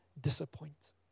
disappoint